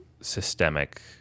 systemic